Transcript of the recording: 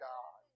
God